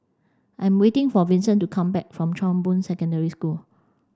I am waiting for Vincent to come back from Chong Boon Secondary School